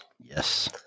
Yes